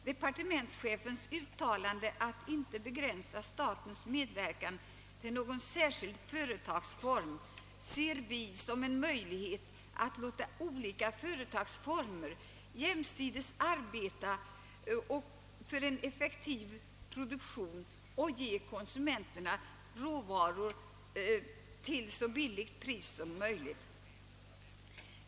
Departementschefens uttalande, att statens medverkan inte bör begränsas till någon särskild företagsform, ser vi som en möjlighet att låta olika företagsformer jämsides arbeta för en effektiv produktion och för att ge konsumenterna råvaror till så låga priser som möjligt.